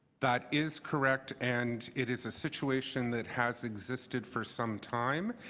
that is correct. and it is a situation that has existed for some time.